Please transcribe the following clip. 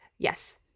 Yes